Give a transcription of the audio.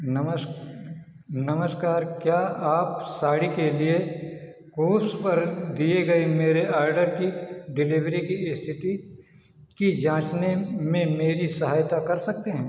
नमस्कार क्या आप साड़ी के लिए कूव्स पर दिए गए मेरे ऑर्डर की डिलीवरी की स्थिति की जांचने में मेरी सहायता कर सकते हैं